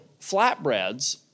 flatbreads